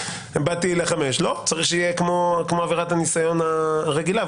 צריך שיהיה כמו עבירת הניסיון הרגילה,